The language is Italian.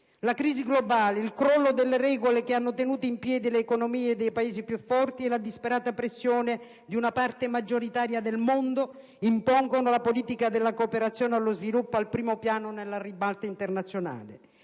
la crisi globale, il crollo delle regole che hanno tenuto in piedi le economie dei Paesi più forti e la disperata pressione di una parte maggioritaria del mondo impongono la politica della cooperazione allo sviluppo al primo piano nella ribalta internazionale.